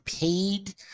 paid